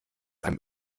einem